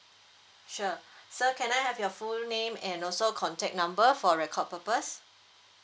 sure sir can I have your full name and also contact number for record purpose